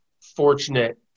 fortunate